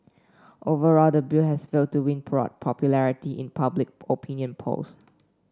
overall the bill has failed to win broad popularity in public opinion polls